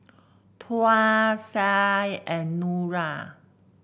Tuah Syah and Nura